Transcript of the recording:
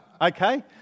okay